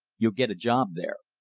you'll get a job there.